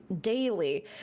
daily